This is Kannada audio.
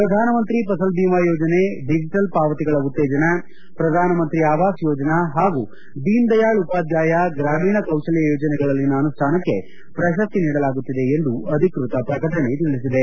ಪ್ರಧಾನಮಂತ್ರಿ ಫಸಲ್ ಬಿಮಾ ಯೋಜನೆ ಡಿಜೆಟಲ್ ಪಾವತಿಗಳ ಉತ್ತೇಜನ ಪ್ರಧಾನಮಂತ್ರಿ ಅವಾಸ್ ಯೋಜನಾ ಹಾಗೂ ದೀನ್ದಯಾಳ್ ಉಪಾಧ್ವಾಯ ಗ್ರಾಮೀಣ್ ಕೌಶಲ್ತಾ ಯೋಜನೆಗಳಲ್ಲಿನ ಅನುಷ್ಠಾನಕ್ಕೆ ಪ್ರಶಸ್ನಿ ನೀಡಲಾಗುತ್ತಿದೆ ಎಂದು ಅಧಿಕೃತ ಪ್ರಕಟಣೆ ತಿಳಿಸಿದೆ